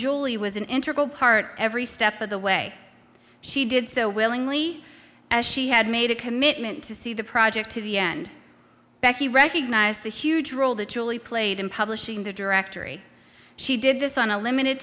julie was an integral part of every step of the way she did so willingly as she had made a commitment to see the project to the end becky recognized the huge role the truly played in publishing the directory she did this on a limited